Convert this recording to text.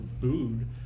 booed